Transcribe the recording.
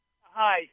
hi